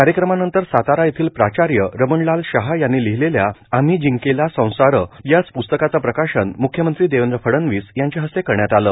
कार्यक्रमानंतर सातारा येथील प्राचार्य रमणलाल शहा यांनी लिहिलेल्या श्आम्ही जिंकेला संसारश या प्स्तकाचं प्रकाशन मुख्यमंत्री देवेंद्र फडणवीस यांच्या हस्ते करण्यात आलं